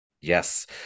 Yes